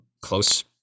close